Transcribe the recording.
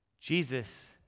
Jesus